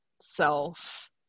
self